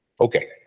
okay